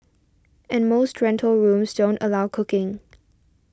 and most rental rooms don't allow cooking